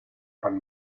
para